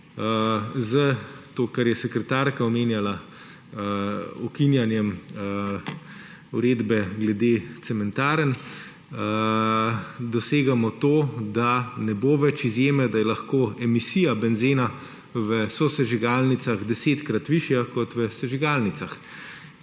S tem, kar je sekretarka omenjala, ukinjanjem uredbe glede cementarn dosegamo to, da ne bo več izjeme, da je lahko emisija benzena v sosežigalnicah desetkrat višja kot v sežigalnicah